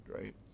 right